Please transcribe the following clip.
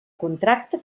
contracte